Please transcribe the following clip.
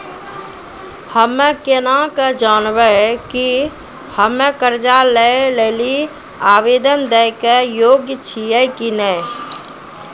हम्मे केना के जानबै कि हम्मे कर्जा लै लेली आवेदन दै के योग्य छियै कि नै?